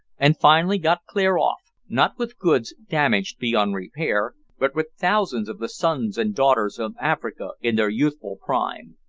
and finally got clear off, not with goods damaged beyond repair, but with thousands of the sons and daughters of africa in their youthful prime.